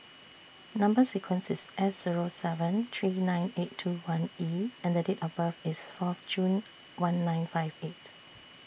Number sequence IS S Zero seven three nine eight two one E and Date of birth IS Fourth June one nine five eight